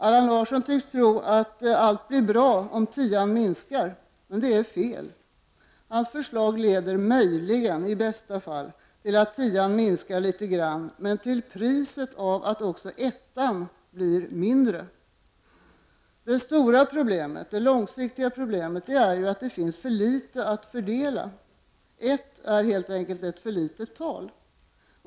Allan Larsson tycks tro att allt blir bra om tian minskar, men det är fel. Hans förslag leder möjligen, i bästa fall, till att tian minskar litet grand, men till priset av att också ettan minskar. Det stora långsiktiga problemet är att det finns för litet att fördela. ”Ett” är helt enkelt ett för litet tal.